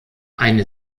eine